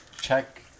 check